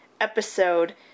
episode